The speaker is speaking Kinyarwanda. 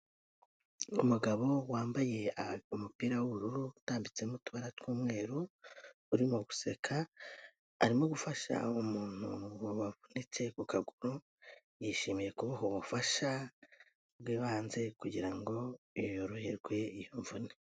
Umugabo wambaye umupira w'ubururu utambitsemo utubara tw'umweru, urimo guseka arimo gufasha umuntu wavunitse ku kaguru, yishimiye kumuha ubufasha bw'ibanze kugira ngo yoroherwe iyo mvune.